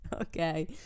Okay